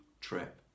trip